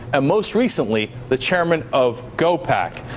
and most recently, the chairman of gopac.